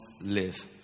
live